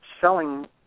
selling